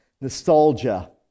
nostalgia